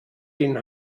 den